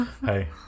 Hey